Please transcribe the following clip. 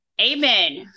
Amen